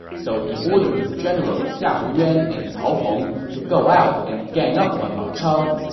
so he ordered his generals xiahou yuan and cao hong to go out and gang up on ma chao.